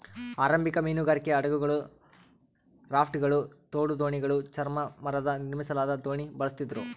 ಆರಂಭಿಕ ಮೀನುಗಾರಿಕೆ ಹಡಗುಗಳು ರಾಫ್ಟ್ಗಳು ತೋಡು ದೋಣಿಗಳು ಚರ್ಮ ಮರದ ನಿರ್ಮಿಸಲಾದ ದೋಣಿ ಬಳಸ್ತಿದ್ರು